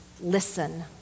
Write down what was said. listen